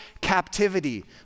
captivity